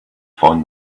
phone